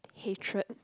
hatred